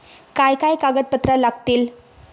काय काय कागदपत्रा लागतील?